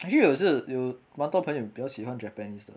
actually 我也是有蛮多朋友比较喜欢 japanese 的